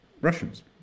Russians